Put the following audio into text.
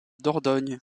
dordogne